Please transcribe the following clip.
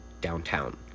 downtown